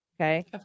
Okay